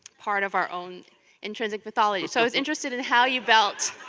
part of our own intrinsic mythology. so i was interested in how you built